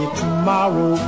tomorrow